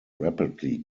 rapidly